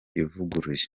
ivuguruye